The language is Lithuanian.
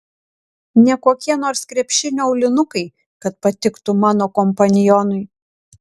ne kokie nors krepšinio aulinukai kad patiktų mano kompanionui